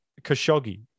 Khashoggi